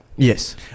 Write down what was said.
Yes